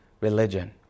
religion